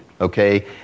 okay